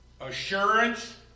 assurance